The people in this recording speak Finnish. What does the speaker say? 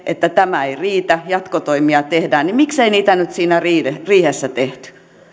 että tämä ei riitä jatkotoimia tehdään niin miksei niitä nyt siinä riihessä tehty